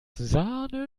sahne